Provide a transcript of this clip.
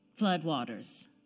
Floodwaters